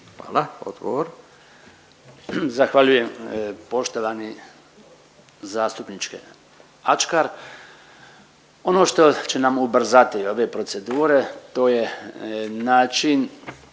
Branko (HDZ)** Zahvaljujem poštovani zastupniče Ačkar. Ono što će nam ubrzati ove procedure to je način